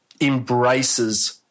embraces